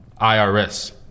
IRS